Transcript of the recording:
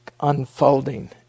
unfolding